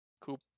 Coop